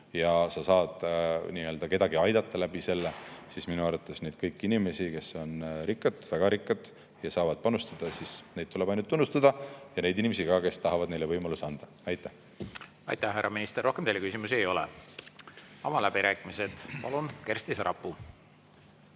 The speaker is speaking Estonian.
ja sa saad kedagi aidata, siis minu arvates neid kõiki inimesi, kes on rikkad, väga rikkad ja saavad panustada, tuleb ainult tunnustada, ja neid inimesi ka, kes tahavad neile võimaluse anda. Aitäh, härra minister! Rohkem teile küsimusi ei ole. Avan läbirääkimised. Palun, Kersti Sarapuu!